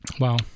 Wow